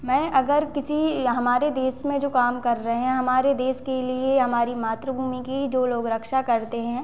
मैं अगर किसी हमारे देश में जो काम कर रहे हैं हमारे देश के लिए हमारी मातृभूमि की जो लोग रक्षा करते हैं